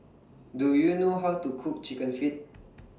Do YOU know How to Cook Chicken Feet